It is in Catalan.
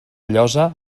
llosa